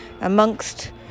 amongst